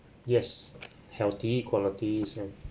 yes healthy qualities and